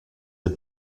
the